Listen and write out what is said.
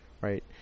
right